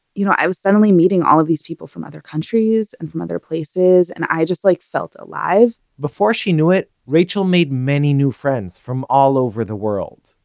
you know, i was suddenly meeting all of these people from other countries and from other places, and i just like felt alive. before she knew it, rachael made many new friends, from all over the world.